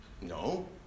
No